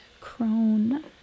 crone